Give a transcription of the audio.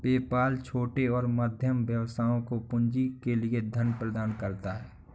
PayPal छोटे और मध्यम व्यवसायों को पूंजी के लिए धन प्रदान करता है